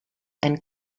and